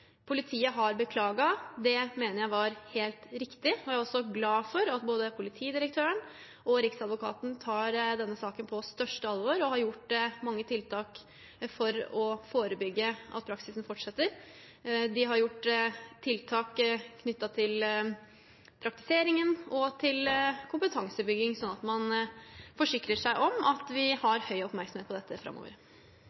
Politiet har beklaget. Det mener jeg var helt riktig. Jeg er glad for at både politidirektøren og riksadvokaten tar denne saken på største alvor og har gjort mange tiltak for å forebygge at praksisen fortsetter. De har gjort tiltak knyttet til praktiseringen og til kompetansebygging, sånn at man forsikrer seg om at vi